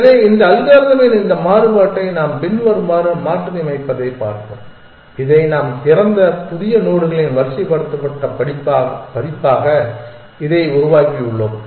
எனவே இந்த அல்காரிதமின் இந்த மாறுபாட்டை நாம் பின்வருமாறு மாற்றியமைப்பதைப் பார்ப்போம் இதை நாம் திறந்த புதிய நோடுகளின் வரிசைப்படுத்தப்பட்ட பதிப்பாக இதை உருவாக்கியுள்ளோம்